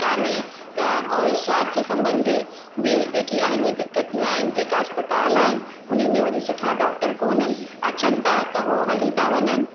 काने त और स्वास्थ्य संबंधी बि जेकी आहिनि उहा दिक़तू आहिनि जेका इस्पतालि आहिनि हुन में वरी सुठा डॉक्टर कोन्हनि अचनि था त उहो हली था वञनि